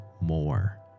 more